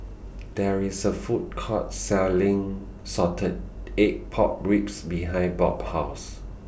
There IS A Food Court Selling Salted Egg Pork Ribs behind Bob's House